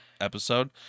episode